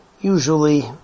usually